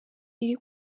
iri